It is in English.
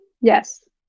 Yes